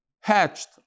Hatched